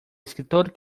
escritor